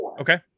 okay